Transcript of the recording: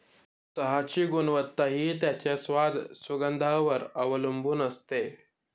चहाची गुणवत्ता हि त्याच्या स्वाद, सुगंधावर वर अवलंबुन असते